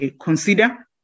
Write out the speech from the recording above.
consider